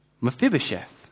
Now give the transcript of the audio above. Mephibosheth